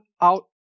out